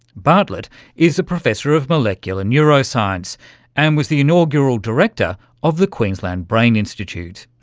bartlett is a professor of molecular neuroscience and was the inaugural director of the queensland brain institute.